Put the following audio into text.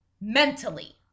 mentally